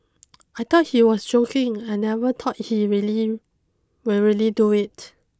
I thought he was joking I never thought he really will really do it